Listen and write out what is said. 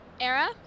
Era